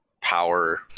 power